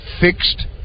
fixed